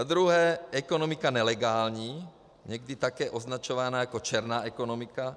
Za druhé ekonomiku nelegální, někdy také označovanou jako černá ekonomika.